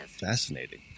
Fascinating